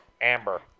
Amber